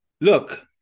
Look